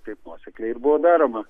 taip nuosekliai ir buvo daroma